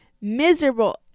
miserable